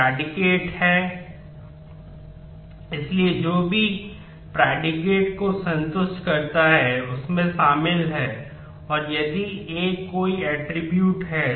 शर्त यह है कि आप यह निर्दिष्ट कर रहे हैं कि यह स्थिति क्या है